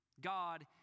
God